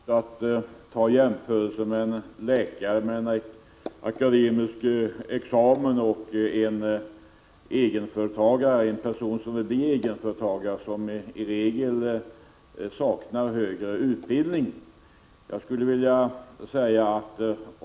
Herr talman! Det är svårt att jämföra en läkare med akademisk examen och en egenföretagare eller en person som vill bli egenföretagare, som i regel saknar högre utbildning.